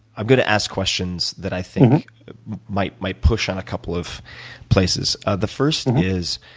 i'm going to ask questions that i think might might push in a couple of places. ah the first is,